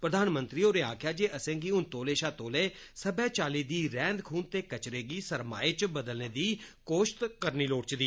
प्रघानमंत्री होरें आक्खेआ जे असेंगी हुन तौले शा तौले सब्बै चाली दी रैह्द खूंद ते कचरें गी समाईए इच बदलने दी कोश्ट करनी लोड़चदी